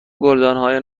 گلدانهای